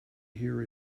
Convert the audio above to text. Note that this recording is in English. hear